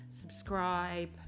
subscribe